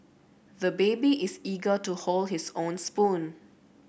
the baby is eager to hold his own spoon